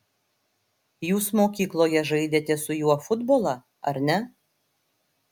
jūs mokykloje žaidėte su juo futbolą ar ne